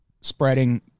spreading